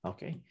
Okay